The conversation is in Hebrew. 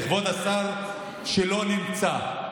כבוד השר שלא נמצא,